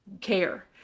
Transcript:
care